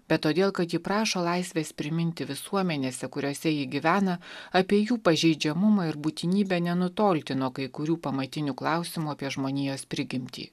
bet todėl kad ji prašo laisvės priminti visuomenėse kuriose ji gyvena apie jų pažeidžiamumą ir būtinybę nenutolti nuo kai kurių pamatinių klausimų apie žmonijos prigimtį